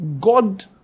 God